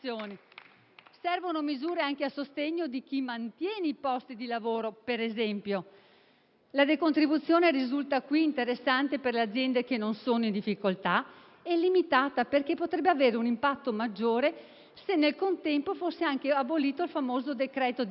Servono misure anche a sostegno di chi mantiene i posti di lavoro, per esempio. La decontribuzione, che risulta interessante per le aziende che non sono in difficoltà, è limitata perché potrebbe avere un impatto maggiore se nel contempo fosse anche abolito il famoso decreto dignità,